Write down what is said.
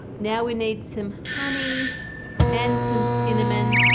now we need some honey and some cinnamon.